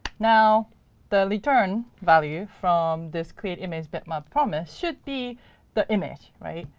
now the return value from this create image bitmap promise should be the image, right?